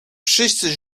wszyscy